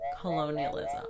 colonialism